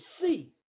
see